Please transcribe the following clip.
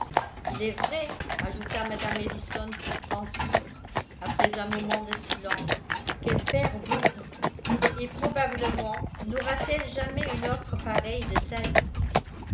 il est vrai ajouta mme ellison toute pensive après un moment de silence qu'elle perd beaucoup et probablement naura t elle jamais une offre pareille de sa vie